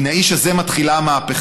מן האיש הזה מתחילה המהפכה.